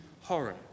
horror